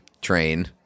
train